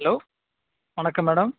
hello வணக்கம் madam